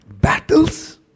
battles